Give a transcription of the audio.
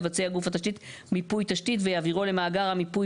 יבצע גוף התשתית מיפוי תשתית ויעבירו למאגר מיפוי